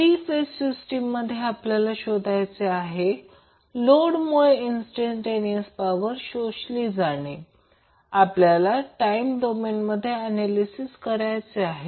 three phase सिस्टीममध्ये आपल्याला शोधायचे आहे लोडमुळे इंस्टंटटेनियर्स पॉवर शोषली जाणे आपल्याला टाईम डोमेनमध्ये ऍनालिसिस करायचे आहे